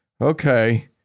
Okay